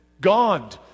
God